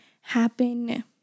happen